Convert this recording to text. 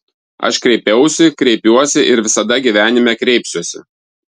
aš kreipiausi kreipiuosi ir visada gyvenime kreipsiuosi